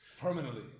Permanently